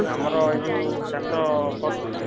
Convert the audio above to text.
ଆମର ଏ ଯେଉଁ ଚାଷ